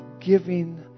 giving